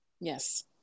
Yes